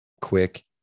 Quick